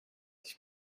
sich